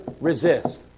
resist